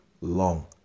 long